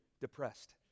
depressed